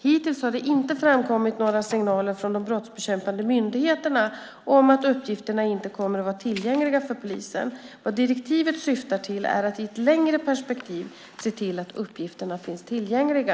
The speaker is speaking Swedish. Hittills har det inte framkommit några signaler från de brottsbekämpande myndigheterna om att uppgifterna inte kommer att vara tillgängliga för polisen. Vad direktivet syftar till är att i ett längre perspektiv se till att uppgifterna finns tillgängliga.